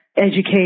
educate